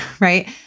right